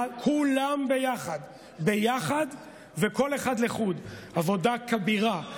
כולם ביחד וכל אחד לחוד, עבודה כבירה.